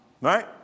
Right